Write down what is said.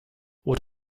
what